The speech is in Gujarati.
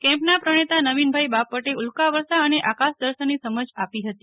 કેમ્પના પ્રણેતા નવીનભાઈ બાપટે ઉલ્કા વર્ષા અને આકાશ દર્શનની સમજ આપી હતી